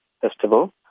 Festival